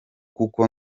kuko